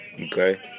Okay